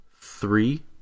three